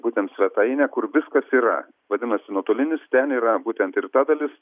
būtent svetainę kur viskas yra vadinasi nuotolinis ten yra būtent ir ta dalis